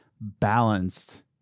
balanced